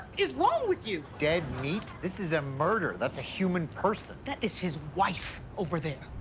is wrong with you? dead meat? this is a murder. that's a human person. that is his wife over there.